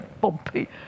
bumpy